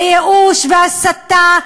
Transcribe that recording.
וייאוש והסתה,